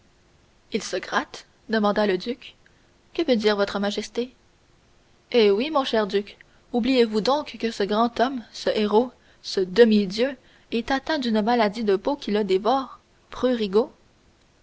gratte demanda le duc que veut dire votre majesté eh oui mon cher duc oubliez-vous donc que ce grand homme ce héros ce demi-dieu est atteint d'une maladie de peau qui le dévore prurigo